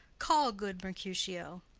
call, good mercutio.